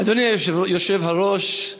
אדוני היושב-ראש,